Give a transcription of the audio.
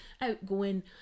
outgoing